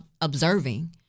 observing